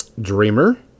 Dreamer